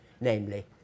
namely